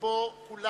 שבזמנו כולם